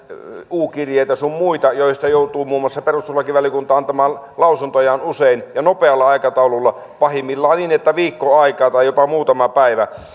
u kirjeitä sun muita joista joutuu muun muassa perustuslakivaliokunta antamaan lausuntojaan usein ja nopealla aikataululla pahimmillaan niin että aikaa on viikko tai jopa muutama päivä